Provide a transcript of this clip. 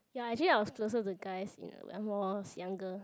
ya actually I was closer to guys you know when I was younger